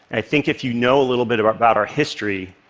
i think if you know a little bit about about our history,